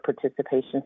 participation